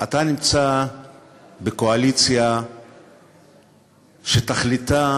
אתה נמצא בקואליציה שתכליתה,